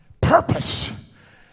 purpose